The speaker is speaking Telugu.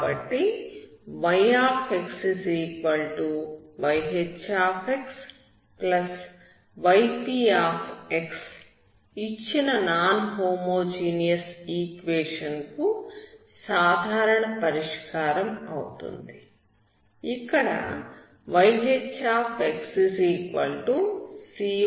కాబట్టి yxyHxyp ఇచ్చిన నాన్ హోమోజీనియస్ ఈక్వేషన్ కు సాధారణ పరిష్కారం అవుతుంది ఇక్కడ yHxc1y1c2y2అవుతుంది